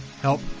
help